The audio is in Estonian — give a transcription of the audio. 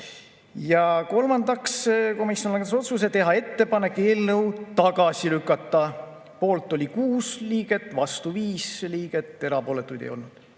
Ja kolmandaks, komisjon langetas otsuse teha ettepanek eelnõu tagasi lükata. Poolt oli 6 liiget, vastu 5 liiget, erapooletuid ei olnud.